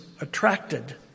attracted